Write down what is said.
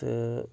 تہٕ